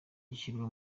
zishyirwa